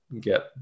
get